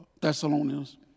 Thessalonians